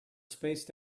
spaced